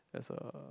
as a